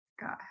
Got